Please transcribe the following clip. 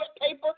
paper